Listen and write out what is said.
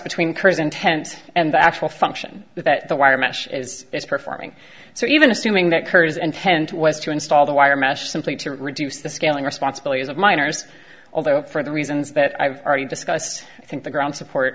intent and the actual function that the wire mesh is performing so even assuming that kurt is intent was to install the wire mesh simply to reduce the scaling responsibilities of miners although for the reasons that i've already discussed i think the ground support